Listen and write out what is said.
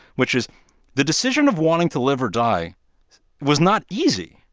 which is the decision of wanting to live or die was not easy.